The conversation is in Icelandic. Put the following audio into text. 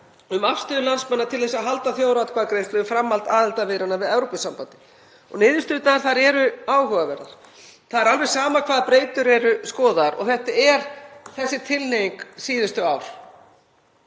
um afstöðu landsmanna til þess að halda þjóðaratkvæðagreiðslu um framhald aðildarviðræðna við Evrópusambandið og niðurstöðurnar eru áhugaverðar. Það er alveg sama hvaða breytur eru skoðaðar, og þetta er þessi tilhneiging síðustu ár,